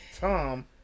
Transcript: tom